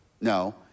No